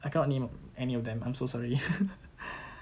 I cannot name any of them I'm so sorry